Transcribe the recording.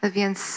więc